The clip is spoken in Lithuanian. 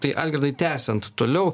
tai algirdui tęsiant toliau